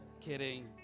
Kidding